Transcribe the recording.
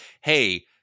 hey